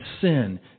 sin